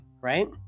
Right